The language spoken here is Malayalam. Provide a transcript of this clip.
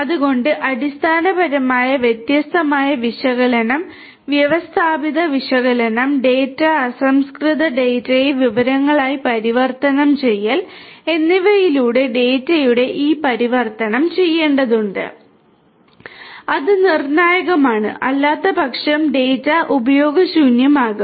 അതിനാൽ അടിസ്ഥാനപരമായി വ്യത്യസ്തമായ വിശകലനം വ്യവസ്ഥാപിത വിശകലനം ഡാറ്റ അസംസ്കൃത ഡാറ്റയെ വിവരങ്ങളായി പരിവർത്തനം ചെയ്യൽ എന്നിവയിലൂടെ ഡാറ്റയുടെ ഈ പരിവർത്തനം ചെയ്യേണ്ടതുണ്ട് അത് നിർണായകമാണ് അല്ലാത്തപക്ഷം ഡാറ്റ ഉപയോഗശൂന്യമാകും